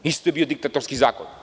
Isto je bio diktatorski zakon.